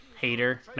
hater